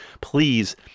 please